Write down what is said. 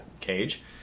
Cage